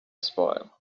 spoil